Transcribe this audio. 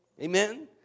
Amen